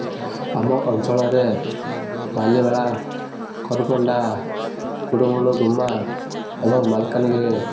ଆମ ଅଞ୍ଚଳରେ ବାଲିମେଳା କରୁକଣ୍ଡା କୁଡ଼ୁମୁଳୁ ଗୁମା ଏବଂ ମାଲକାନଗିରି